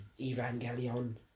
Evangelion